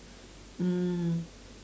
mm